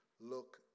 look